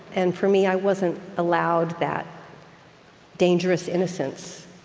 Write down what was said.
and for me, i wasn't allowed that dangerous innocence,